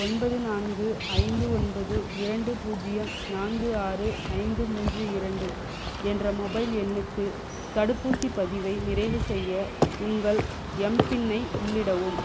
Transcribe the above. ஒன்பது நான்கு ஐந்து ஒன்பது இரண்டு பூஜ்யம் நான்கு ஆறு ஐந்து மூன்று இரண்டு என்ற மொபைல் எண்ணுக்கு தடுப்பூசி பதிவை நிறைவு செய்ய உங்கள் எம்பின்னை உள்ளிடவும்